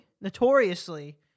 notoriously